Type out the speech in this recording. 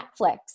Netflix